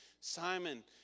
Simon